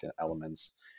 elements